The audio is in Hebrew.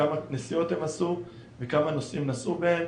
כמה נסיעות הם עשו כמה נוסעים נסעו בהם.